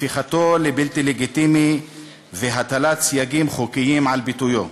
הפיכתו לבלתי לגיטימי והטלת סייגים חוקיים על ביטויו.